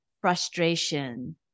frustration